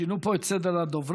שינו פה את סדר הדוברים,